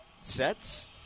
sets